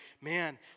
man